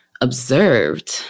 observed